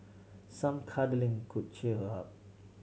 some cuddling could cheer her up